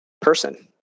person